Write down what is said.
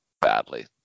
badly